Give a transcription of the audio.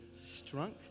strunk